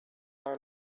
our